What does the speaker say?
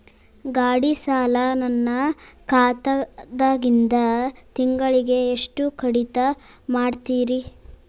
ಗಾಢಿ ಸಾಲ ನನ್ನ ಖಾತಾದಾಗಿಂದ ತಿಂಗಳಿಗೆ ಎಷ್ಟು ಕಡಿತ ಮಾಡ್ತಿರಿ?